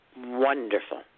Wonderful